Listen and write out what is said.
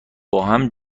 باهم